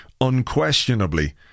unquestionably